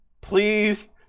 Please